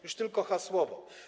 Już tylko hasłowo.